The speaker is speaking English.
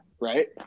right